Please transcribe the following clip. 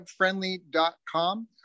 webfriendly.com